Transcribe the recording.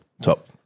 top